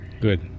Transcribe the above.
Good